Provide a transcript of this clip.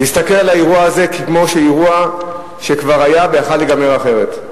להסתכל על האירוע הזה כמו אירוע שכבר נגמר ויכול היה להיגמר אחרת.